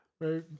Right